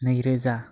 नैरोजा